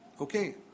Okay